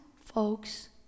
folks